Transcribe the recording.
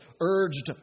urged